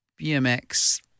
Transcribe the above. BMX